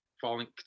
falling